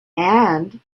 and